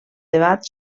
debat